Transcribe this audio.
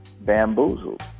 bamboozled